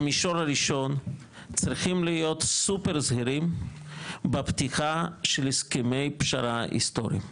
במישור הראשון צריכים להיות סופר זהירים בפתיחה של הסכמי פשרה היסטורי.